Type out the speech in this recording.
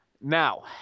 Now